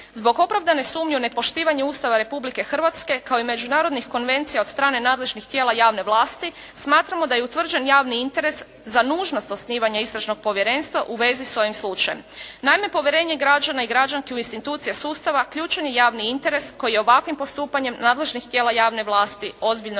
Zbog opravdane sumnje o nepoštivanju Ustava republike Hrvatske kao i međunarodnih konvencija od strane nadležnih tijela javne vlasti smatramo da je utvrđen javni interes za nužnost osnivanja istražnog povjerenstva u vezi s ovim slučajem. Naime povjerenje građana i građanka u institucije sustava ključan je javni interes koji je ovakvim postupanjem nadležnih tijela javne vlasti ozbiljno narušeno.